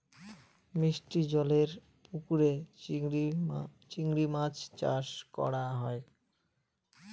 মিষ্টি জলেরর পুকুরে চিংড়ি মাছ চাষ করা হয়